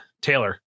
Taylor